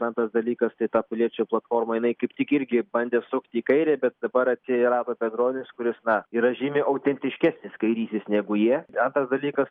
antras dalykas tai ta piliečių platforma jinai kaip tik irgi bandė sukti į kairę bet dabar atsirado biedronis kuris na yra žymiai autentiškesnis kairysis negu jie antras dalykas